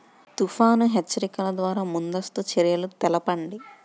తుఫాను హెచ్చరికల ద్వార ముందస్తు చర్యలు తెలపండి?